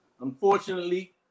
Unfortunately